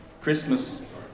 Christmas